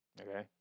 Okay